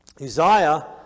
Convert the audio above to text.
Uzziah